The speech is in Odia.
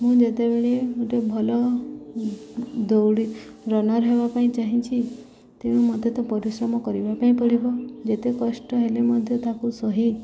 ମୁଁ ଯେତେବେଳେ ଗୋଟେ ଭଲ ଦୌଡ଼ି ରନର୍ ହେବା ପାଇଁ ଚାହିଁଛିି ତେଣୁ ମୋତେ ତ ପରିଶ୍ରମ କରିବା ପାଇଁ ପଡ଼ିବ ଯେତେ କଷ୍ଟ ହେଲେ ମଧ୍ୟ ତାକୁ ସହି